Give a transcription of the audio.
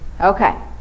okay